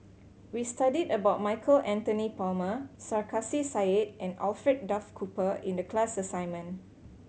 we studied about Michael Anthony Palmer Sarkasi Said and Alfred Duff Cooper in the class assignment